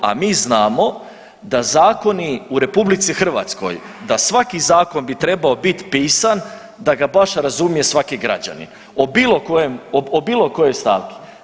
A mi znamo da zakoni u RH da svaki zakon bi trebao bit pisan da ga baš razumije svaki građanin, o bilo kojoj stavki.